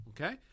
Okay